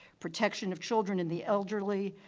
protection of children and the elderly,